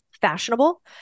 fashionable